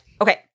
Okay